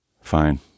Fine